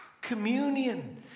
communion